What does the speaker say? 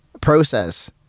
process